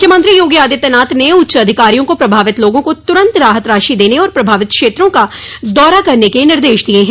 मुख्यमंत्री योगी आदित्यनाथ ने उच्च अधिकारियों को प्रभावित लोगों को तुरन्त राहत राशि देने और प्रभावित क्षेत्रों का दौरा करने के निर्देश दिये है